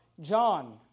John